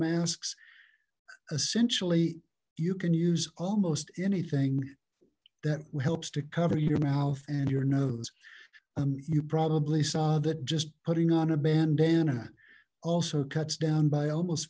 masks essentially you can use almost anything that helps to cover your mouth and your nose you probably saw that just putting on a bandana also cuts down by almost